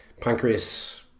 pancreas